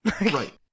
Right